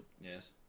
Yes